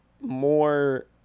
more